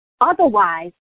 Otherwise